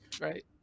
right